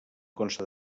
consta